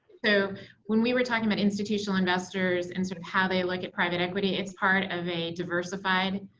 so when we were talking about institutional investors and sort of how they look at private equity, it's part of a diversified